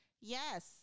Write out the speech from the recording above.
Yes